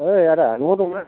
ओइ आदा न'आव दंना